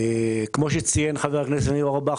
כפי שציין חבר הכנסת ניר אורבך,